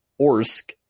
Orsk